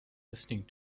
listening